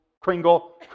Kringle